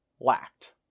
lacked